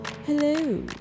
Hello